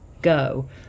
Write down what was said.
Go